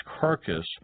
carcass